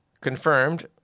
confirmed